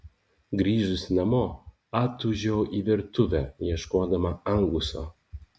grįžusi namo atūžiau į virtuvę ieškodama anguso